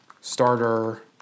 Starter